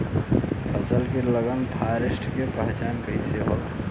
फसल में लगल फारेस्ट के पहचान कइसे होला?